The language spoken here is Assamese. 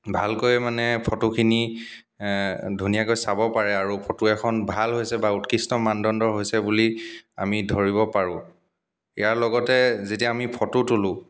ভালকৈ মানে ফটোখিনি ধুনীয়াকৈ চাব পাৰে আৰু ফটো এখন ভাল হৈছে বা উৎকৃষ্ট মানদণ্ডৰ হৈছে বুলি আমি ধৰিব পাৰোঁ ইয়াৰ লগতে যেতিয়া আমি ফটো তুলোঁ